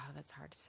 that's hard to say.